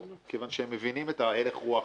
כיוון שהם מבינים את הלך הרוח